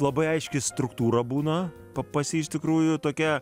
labai aiški struktūra būna pas jį iš tikrųjų tokia